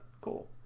Cool